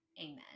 amen